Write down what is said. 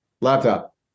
Laptop